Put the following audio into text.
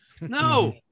No